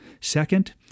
Second